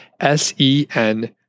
S-E-N